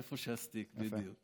איפה שהסטיק, בדיוק.